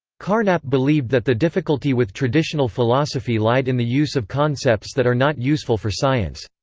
carnap believed that the difficulty with traditional philosophy lied in the use of concepts that are not useful for science.